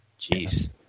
Jeez